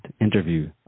interview